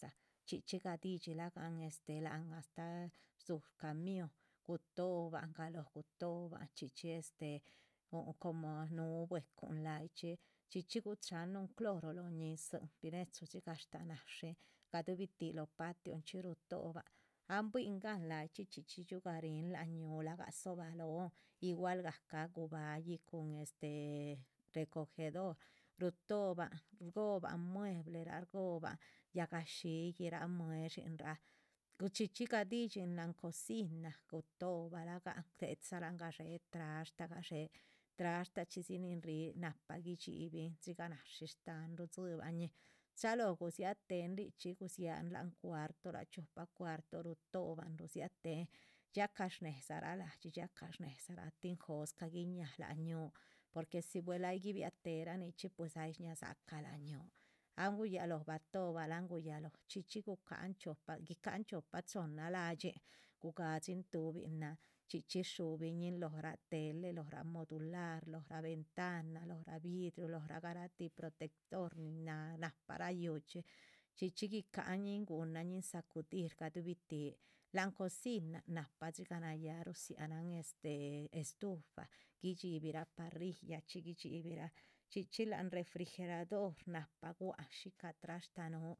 Chxí chxí gadidxila gahn láhan este astáh rdzúhu camión gutohoban galóh, gutohoban chxí chxí este huhu como núhu bwecu láyih chxí chxí chxí gucháhan núhun cloro lóho ñizin. binechu dxigah shtáha nashín, gadubith lóho pationchxi rutohoban an buihin gan layichxí chxí chxí dxiuh garin láhan ñúhugah dzohobalóhon. igual gahca guba´yih cun este, recogedor rutohoban shgoban muebleraa shgoban yáhga shíyihraa, mue´dshin raa, gu chxí chxí gadidxín láhan cocina, gutohoba lagahn. gutéhe dzaran gadxé trashta, gadxé trashta chxí dzi nin ríhi nahpa guidxi bin dxigah nashí shtáhan rudzibañin, chalóho gudziá tehen chxí chxí gudziáhan láhan cuartorah. chiopa cuarto rutohoban rudzia tehen dxia cah shnédedzarah la´dxi, dxia cah shnédedzarah, tin jóscah guiñáha láhan ñúhu, porque si buel ay guibiatéhe ra nichixí. pues ay shñáha dzácahn láha ñuhu, an guyalóho batóhobah an guyalóho chxí chxí gucahan guicahan chiopa chohnna la´dxin gugadxín tuhbinan chxí chxí dshuñin lóho ra tele. loho ra mueble, lohoraa modular, lohoraa ventana, lohoraa vidru, lohora garatih protector nin náha nin nahpara yúhuchxí chxí chxí guicaha ñin guhunan ñin sacudir. gadubi tih láhan cocina nahpa dxigah nayá rudzianan este estufa, guidxibirah parrilla chxí guidxibirah chxí láhan refigerador nahpa gua´c han shícah trashta núhu